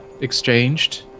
exchanged